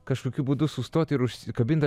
kažkokiu būdu sustot ir užsikabint